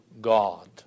God